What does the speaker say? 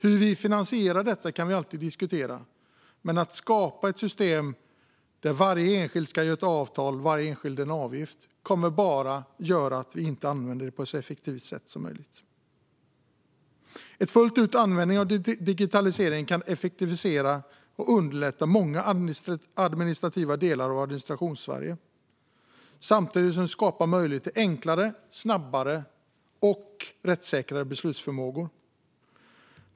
Hur vi finansierar detta kan vi alltid diskutera, men att skapa ett system där varje enskild aktör ska sluta avtal och betala en avgift kommer bara att leda till att det inte används så effektivt som möjligt. Om man använder digitaliseringen fullt ut kan man effektivisera och underlätta många delar av Administrationssverige, samtidigt som det skapar möjlighet till enklare, snabbare och rättssäkrare beslutsförmåga.